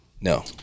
No